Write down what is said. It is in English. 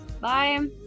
Bye